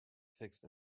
fixed